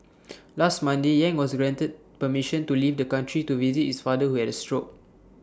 last Monday yang was granted permission to leave the country to visit is father who had A stroke